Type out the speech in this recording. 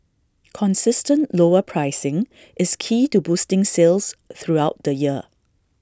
consistent lower pricing is key to boosting sales throughout the year